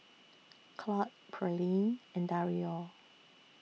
Claud Pearlene and Dario